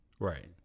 right